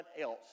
else